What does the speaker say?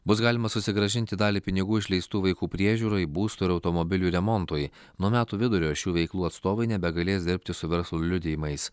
bus galima susigrąžinti dalį pinigų išleistų vaikų priežiūrai būstui ir automobilių remontui nuo metų vidurio šių veiklų atstovai nebegalės dirbti su verslo liudijimais